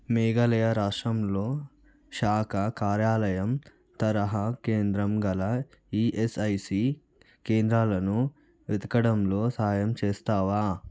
మేఘాలయ రాష్ట్రంలో శాఖా కార్యాలయం తరహా కేంద్రం గల ఈఎస్ఐసీ కేంద్రాలను వెతకడంలో సాయం చేస్తావా